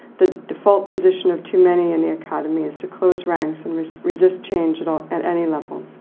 the default position of too many in the academy is to close ranks and resist resist change at um at any level.